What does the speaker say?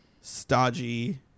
stodgy